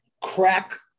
Crack